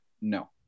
No